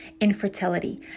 infertility